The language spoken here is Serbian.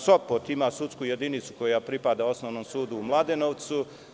Recimo, Sopot ima sudsku jedinicu koja pripada Osnovnom sudu u Mladenovcu.